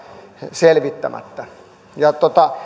selvittämättä